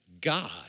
God